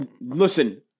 Listen